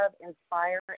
inspire